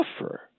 suffer